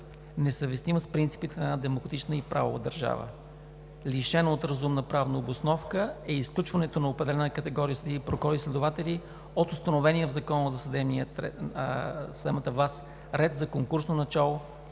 несъвместима с принципите на една демократична и правова държава. Лишено от разумна правна обосновка е изключването на определена категория съдии, прокурори и следователи от установения в Закона за съдебната власт ред за конкурсно начало